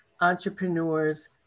entrepreneurs